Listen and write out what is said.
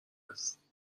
هست